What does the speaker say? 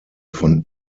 von